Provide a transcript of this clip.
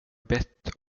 bett